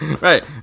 right